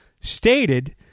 stated